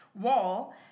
Wall